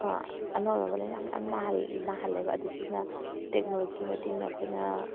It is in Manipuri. ꯑꯅꯧ ꯑꯅꯧꯕ ꯂꯩꯅꯥ ꯃꯌꯥꯝ ꯅꯥꯍꯜ ꯅꯥꯍꯜꯂꯦꯕ ꯑꯗꯣ ꯁꯤꯅ ꯇꯦꯛꯅꯣꯂꯣꯖꯤꯒꯤ ꯃꯇꯦꯡꯅ ꯑꯩꯈꯣꯏꯅ